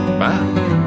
Bye